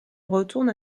retourne